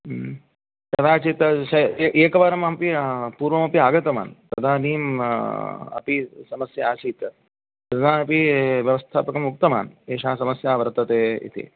कदाचित् एकवारमपि पूर्वमपि आगतवान् तदानीम् अपि समस्या आसीत् तदा अपि व्यवस्थापकमुक्तवान् एषा समस्या वर्तते इति